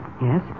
Yes